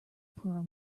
pearl